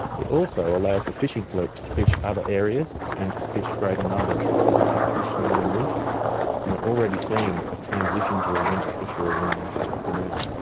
it also allows the fishing fleet to fish other areas and to fish greater numbers because they can fish now in winter. and we're already seeing a transition to a winter fishery in antarctica now.